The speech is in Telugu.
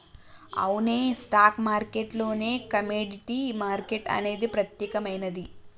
అవునే స్టాక్ మార్కెట్ లోనే కమోడిటీ మార్కెట్ అనేది ప్రత్యేకమైనది